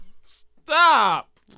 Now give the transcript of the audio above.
Stop